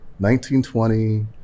1920